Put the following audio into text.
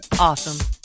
awesome